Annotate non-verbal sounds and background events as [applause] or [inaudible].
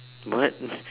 what [laughs]